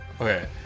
Okay